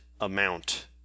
amount